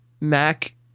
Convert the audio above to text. Mac